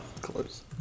close